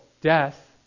death